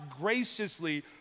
graciously